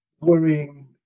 worrying